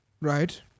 right